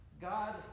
God